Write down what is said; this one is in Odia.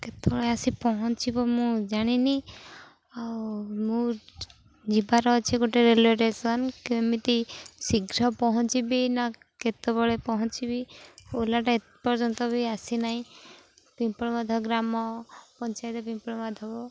କେତେବେଳେ ଆସି ପହଞ୍ଚିବ ମୁଁ ଜାଣିନି ଆଉ ମୁଁ ଯିବାର ଅଛି ଗୋଟେ ରେଲୱେ ଷ୍ଟେସନ୍ କେମିତି ଶୀଘ୍ର ପହଞ୍ଚିବି ନା କେତେବେଳେ ପହଞ୍ଚିବି ଓଲାଟା ଏ ପର୍ଯ୍ୟନ୍ତ ବି ଆସି ନାହିଁ ପିମ୍ପଳବଧ ଗ୍ରାମ ପଞ୍ଚାୟତ ପିମ୍ପଳମାଧବ